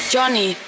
Johnny